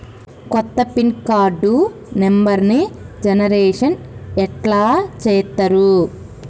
కొత్త pin card నెంబర్ని generation ఎట్లా చేత్తరు?